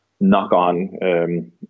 knock-on